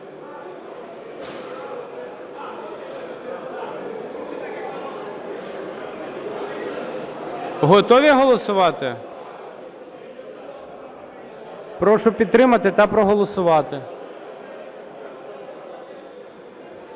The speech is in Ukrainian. Готові голосувати? Прошу підтримати та проголосувати.